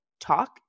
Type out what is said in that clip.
talk